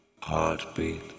Heartbeat